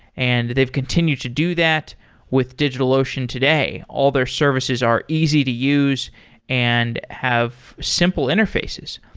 and they've continued to do that with digitalocean today. all their services are easy to use and have simple interfaces.